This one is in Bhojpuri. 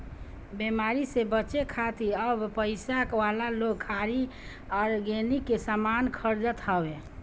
बेमारी से बचे खातिर अब पइसा वाला लोग खाली ऑर्गेनिक सामान खरीदत हवे